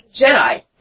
Jedi